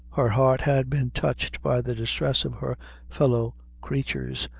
her heart had been touched by the distress of her fellow creatures,